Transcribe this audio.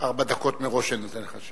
ארבע דקות מראש אני נותן לך.